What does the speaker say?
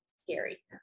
scary